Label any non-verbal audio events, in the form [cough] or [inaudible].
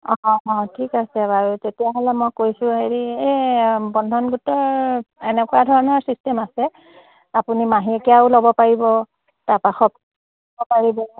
অঁ ঠিক আছে বাৰু তেতিয়াহ'লে মই কৈছোঁ হেৰি এই বন্ধন গোটে এনেকুৱা ধৰণৰ চিষ্টেম আছে আপুনি মাহেকীয়াও ল'ব পাৰিব তাৰপৰা [unintelligible] ল'ব পাৰিব